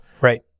Right